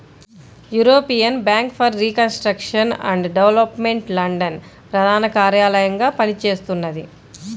European bank for reconstruction and development London ప్రధాన కార్యాలయంగా పనిచేస్తున్నది